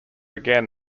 again